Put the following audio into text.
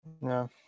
No